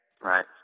Right